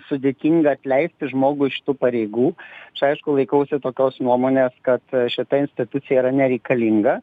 sudėtinga atleisti žmogų iš šitų pareigų čia aišku laikausi tokios nuomonės kad šita institucija yra nereikalinga